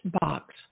box